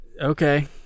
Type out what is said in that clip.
Okay